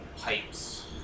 pipes